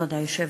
כבוד היושב-ראש,